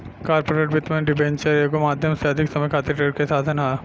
corporate वित्त में debenture एगो माध्यम से अधिक समय खातिर ऋण के साधन ह